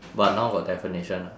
but now got definition